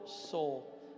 soul